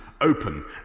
open